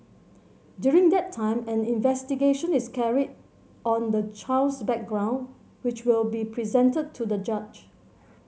during that time an investigation is carried on the child's background which will be presented to the judge